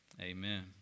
Amen